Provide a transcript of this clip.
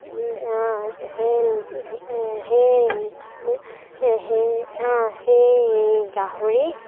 সেই সেই সেই সেই গাহৰি